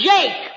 Jake